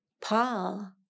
Paul